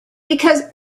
because